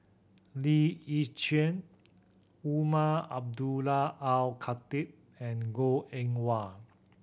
Lee Yi Shyan Umar Abdullah Al Khatib and Goh Eng Wah